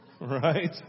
right